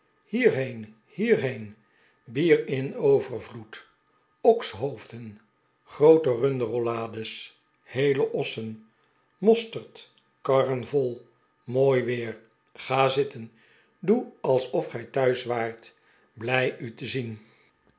hierheen hierheen bier in overvloed okshoofden groote runderrollades heele ossen mpsterd karren vol mooi weer ga zitten doe alsof gij thuis waart blij u te zien